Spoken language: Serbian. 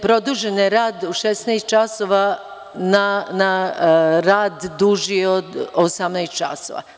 Produžen je rad u 16,00 časova na rad duži od 18,00 časova.